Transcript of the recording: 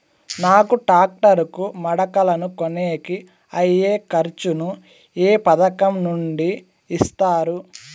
నాకు టాక్టర్ కు మడకలను కొనేకి అయ్యే ఖర్చు ను ఏ పథకం నుండి ఇస్తారు?